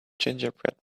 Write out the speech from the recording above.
gingerbread